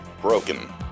Broken